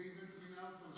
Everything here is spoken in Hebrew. בשביל זה איווט מינה אותו,